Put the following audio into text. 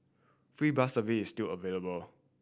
free bus service is still available